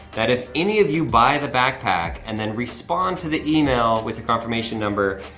that if any of you buy the backpack, and then respond to the email with the confirmation number,